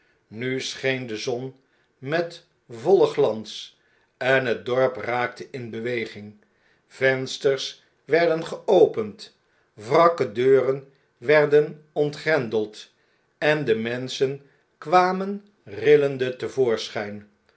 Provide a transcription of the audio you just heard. nu scheen de zon met vollen glans en het dorp raakte in beweging vensters werden geopend wrakke deuren werden ontgrendeld en de menschen kwamen rillende